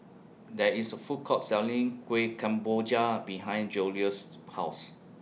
There IS A Food Court Selling Kuih Kemboja behind Joseluis' House